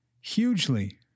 Hugely